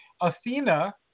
Athena